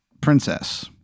princess